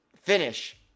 finish